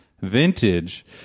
vintage